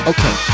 Okay